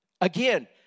Again